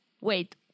wait